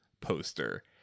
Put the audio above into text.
poster